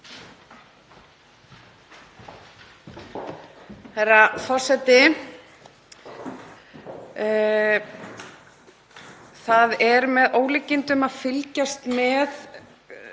Það er með ólíkindum að fylgjast með